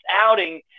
outing